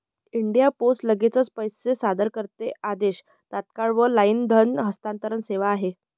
India post लगेचच पैसे सादर करते आदेश, तात्काळ वर लाईन धन हस्तांतरण सेवा आहे